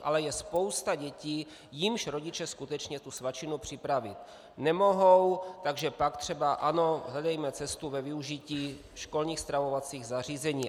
Ale je spousta dětí, jimž rodiče skutečně svačinu připravit nemohou, pak třeba ano, hledejme cestu ve využití školních stravovacích zařízení.